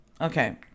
Okay